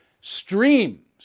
streams